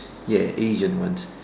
ya Asian ones